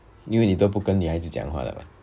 因为你都不跟女孩子讲话的 what